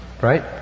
Right